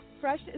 fresh